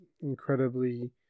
incredibly